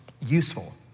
useful